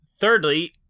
Thirdly